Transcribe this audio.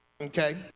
Okay